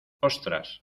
ostras